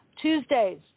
Tuesdays